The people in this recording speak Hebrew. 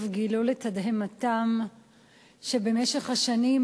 "מעריב" גילו לתדהמתם שבמשך השנים,